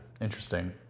Interesting